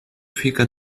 fica